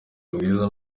bwiza